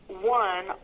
one